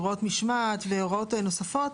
הוראות משמעת והוראות נוספות,